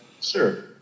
Sure